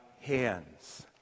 hands